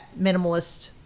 minimalist